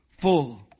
Full